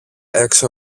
έξω